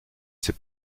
ces